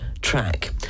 track